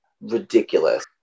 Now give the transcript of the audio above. ridiculous